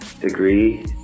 degree